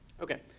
Okay